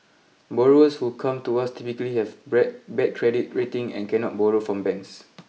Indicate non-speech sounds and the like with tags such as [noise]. borrowers who come to us typically have [unintelligible] bad credit rating and cannot borrow from banks